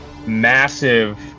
massive